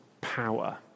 power